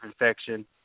infection